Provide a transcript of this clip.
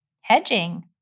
hedging